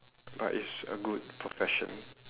but it's a good profession